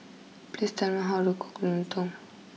please tell me how to cook Lontong